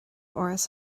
áras